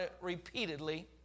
repeatedly